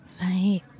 Right